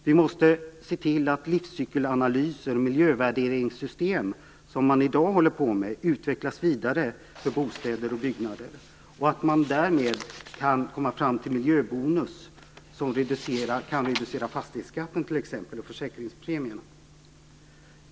Vi måste se till att de livscykelanalyser och miljövärderingssystem som man i dag håller på med, utvecklas vidare för bostäder och byggnader och att man därmed kan komma fram till miljöbonus, som t.ex. kan reducera fastighetsskatten och försäkringspremien.